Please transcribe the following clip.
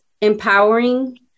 empowering